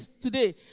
today